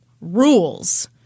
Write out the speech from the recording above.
rules